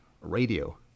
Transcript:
radio